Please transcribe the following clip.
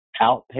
Outpatient